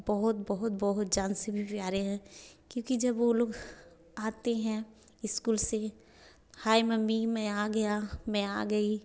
बहुत बहुत बहुत जान से भी प्यारे हैं क्योंकि जब वे लोग आते हैं इस्कूल से हाय मम्मी मैं आ गया मैं आ गई